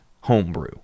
homebrew